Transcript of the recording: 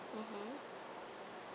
mmhmm